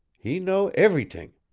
he know everyt'ing.